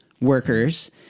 workers